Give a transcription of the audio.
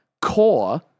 core